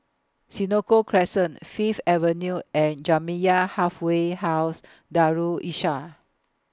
Senoko Crescent Fifth Avenue and Jamiyah Halfway House Darul Islah